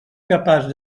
capaç